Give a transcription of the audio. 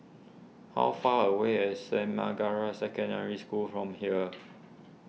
how far away is Saint Margaret's Secondary School from here